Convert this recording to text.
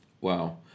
Wow